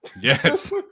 yes